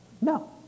No